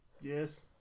Yes